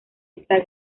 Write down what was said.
esta